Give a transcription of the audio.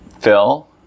Phil